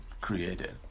created